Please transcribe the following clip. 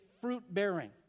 fruit-bearing